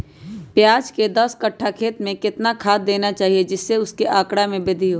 प्याज के दस कठ्ठा खेत में कितना खाद देना चाहिए जिससे उसके आंकड़ा में वृद्धि हो?